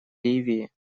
ливии